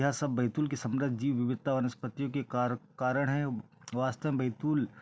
यह सब बैतूल के समृद्ध जीव विविधता वनस्पत्तियों के कारक कारण है वास्तव में बैतूल